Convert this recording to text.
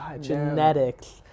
genetics